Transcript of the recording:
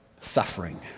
suffering